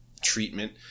treatment